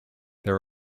there